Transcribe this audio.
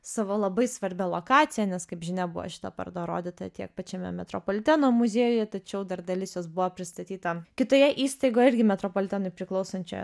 savo labai svarbia lokacija nes kaip žinia buvo šita paroda rodyta tiek pačiame metropoliteno muziejuje tačiau dar dalis jos buvo pristatyta kitoje įstaigoje irgi metropolitenui priklausančioje